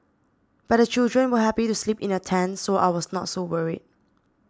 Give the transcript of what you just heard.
but the children were happy to sleep in the tent so I was not so worried